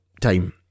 time